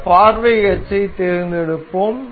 இந்த பார்வை அச்சைத் தேர்ந்தெடுப்போம்